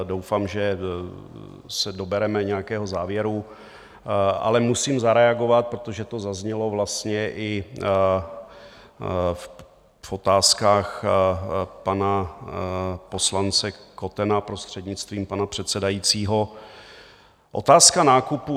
Doufám, že se dobereme nějakého závěru, ale musím zareagovat, protože to zaznělo vlastně i v otázkách pana poslance Kotena, prostřednictvím pana předsedajícího, otázka nákupu.